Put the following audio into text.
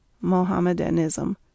Mohammedanism